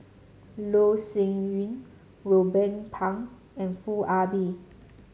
Loh Sin Yun Ruben Pang and Foo Ah Bee